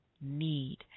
need